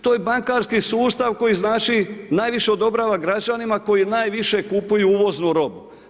To je bankarski sustav koji znači najviše odobrava građanima koji najviše kupuju uvoznu robu.